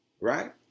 right